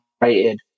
rated